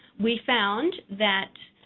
we found that